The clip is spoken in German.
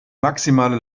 maximale